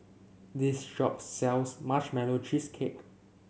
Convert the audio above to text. this shop sells Marshmallow Cheesecake